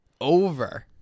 over